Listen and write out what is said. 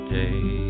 day